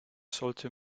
sollte